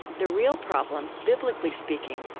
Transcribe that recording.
the real problem, biblically speaking,